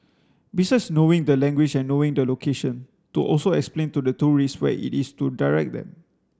besides knowing the language and knowing the location to also explain to the tourists where it is to direct them